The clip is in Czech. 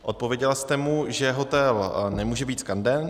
Odpověděla jste mu, že hotel nemůže být skanzen.